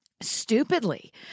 stupidly